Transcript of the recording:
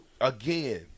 again